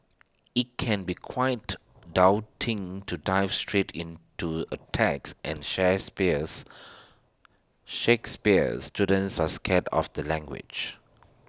IT can be quite daunting to dive straight into A text and Shakespeares Shakespeares students are scared of the language